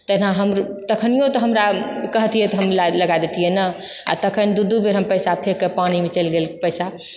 तहिना हम तखनियो तऽ हमरा कहतियै तऽ हम लगाए देतियै ने आ तखन दू दू बेर हम पैसा फेकि कऽ पानिमे चलि गेलै पैसा